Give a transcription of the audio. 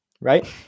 right